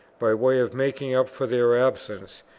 by way of making up for their absence,